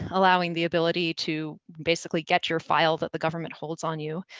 allowing the ability to basically get your file that the government holds on you,